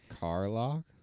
Carlock